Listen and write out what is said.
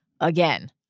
again